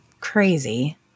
crazy